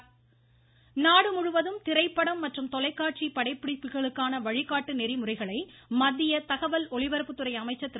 பிரகாஷ் ஜவ்டேகர் நாடு முழுவதும் திரைப்படம் மற்றும் சின்னத்திரை படப்பிடிப்புகளுக்கான வழிகாட்டு நெறிமுறைகளை மத்திய தகவல் ஒலிபரப்புத்துறை அமைச்சர் திரு